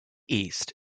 east